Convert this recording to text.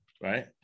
right